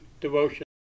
devotion